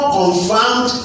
confirmed